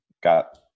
got